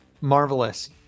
marvelous